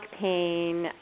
pain